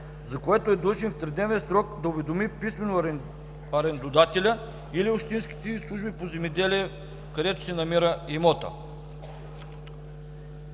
за което е длъжен в тридневен срок да уведоми писмено арендодателя или общинските служби по земеделие, където се намира имотът.